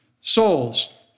Souls